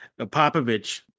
Popovich